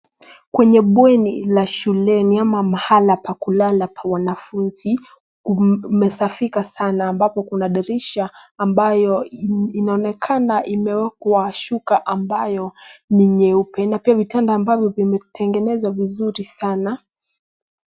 Kwenye bweni la shuleni ama mahali pa kulala pa wanafunzi. Kumesafika sana ambapo kuna dirisha ambayo inaonekana imewekwa shuka ambayo ni nyeupe na pia vitanda ambavyo vimetengenezwa vizuri sana.